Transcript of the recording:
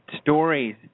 stories